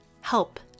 help